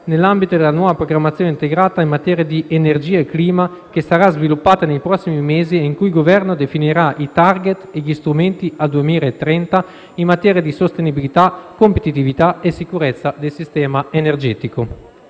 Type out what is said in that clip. nell'ambito della nuova programmazione integrata in materia di energia e clima, che sarà sviluppata nei prossimi mesi e in cui il Governo definirà i *target* e gli strumenti al 2030 in materia di sostenibilità, competitività e sicurezza del sistema energetico.